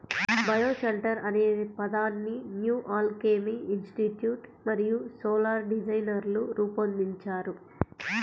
bioshelter అనే పదాన్ని New Alchemy Institute మరియు సోలార్ డిజైనర్లు రూపొందించారు